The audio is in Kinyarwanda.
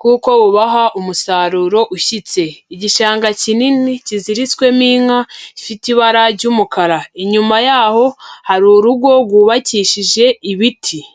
kuko bubaha umusaruro ushyitse, igishanga kinini kiziritswemo inka ifite ibara ry'umukara, inyuma yaho hari urugo rwubakishije ibiti.